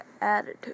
attitude